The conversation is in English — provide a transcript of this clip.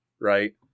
right